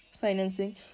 financing